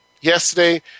yesterday